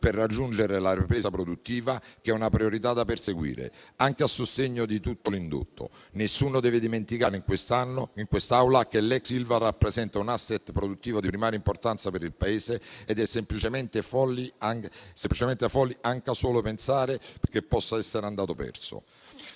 per raggiungere la ripresa produttiva, che è una priorità da perseguire, anche a sostegno di tutto l'indotto. Nessuno deve dimenticare in quest'Aula che l'ex Ilva rappresenta un *asset* produttivo di primaria importanza per il Paese ed è semplicemente folle anche solo pensare che possa essere andato perso.